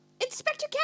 Inspector